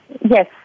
Yes